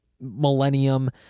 millennium